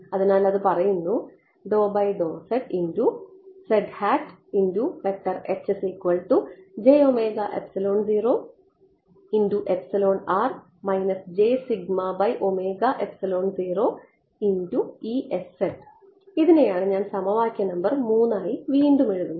അതിനാൽ അത് പറയുന്നു ഇതിനെയാണ് ഞാൻ സമവാക്യ നമ്പർ 3 ആയി വീണ്ടും എഴുതുന്നത്